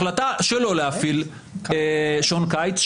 החלטה שלא להפעיל שעון קיץ,